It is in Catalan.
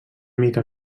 mica